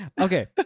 okay